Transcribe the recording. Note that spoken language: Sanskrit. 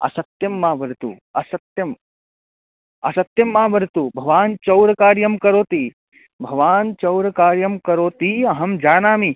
असत्यं मा वदतु असत्यम् असत्यं मा वदतु भवान् चोरकार्यं करोति भवान् चोरकार्यं करोति अहं जानामि